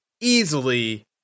easily